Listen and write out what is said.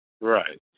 Right